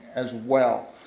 as well.